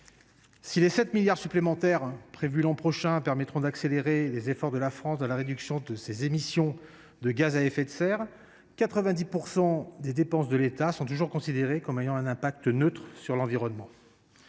Si les 7 milliards d’euros supplémentaires prévus l’an prochain permettront d’accélérer les efforts de la France dans la réduction de ses émissions de gaz à effet de serre, 90 % des dépenses de l’État sont toujours considérées comme ayant un impact neutre sur l’environnement.